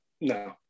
no